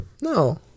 no